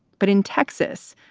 but in texas,